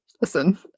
listen